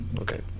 Okay